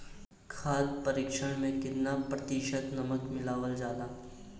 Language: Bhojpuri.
खाद्य परिक्षण में केतना प्रतिशत नमक मिलावल जाला?